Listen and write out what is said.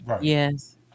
Yes